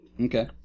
Okay